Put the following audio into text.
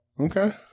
Okay